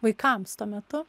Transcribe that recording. vaikams tuo metu